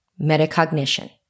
Metacognition